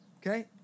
okay